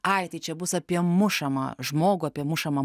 ai tai čia bus apie mušamą žmogų apie mušamą